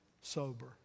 Sober